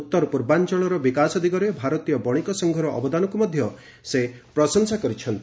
ଉତ୍ତର ପୂର୍ବାଞ୍ଚଳର ବିକାଶ ଦିଗରେ ଭାରତୀୟ ବଣିକ ସଂଘର ଅବଦାନକୁ ମଧ୍ୟ ସେ ପ୍ରଶଂସା କରିଛନ୍ତି